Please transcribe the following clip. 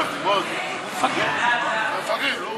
ההצעה להעביר את הצעת חוק העונשין (תיקון,